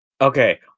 Okay